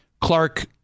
Clark